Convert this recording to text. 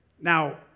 Now